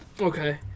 Okay